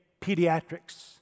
pediatrics